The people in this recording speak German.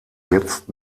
jetzt